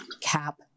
cap